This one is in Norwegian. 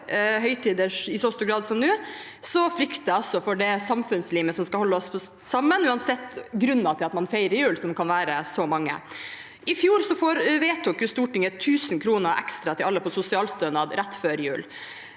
i så stor grad som nå, frykter jeg også for det samfunnslimet som skal holde oss sammen, uansett grunner til at man feirer jul, som kan være så mange. I fjor vedtok Stortinget 1 000 kr ekstra til alle på sosialstønad rett før jul.